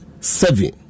Seven